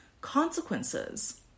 consequences